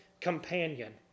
companion